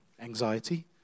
Anxiety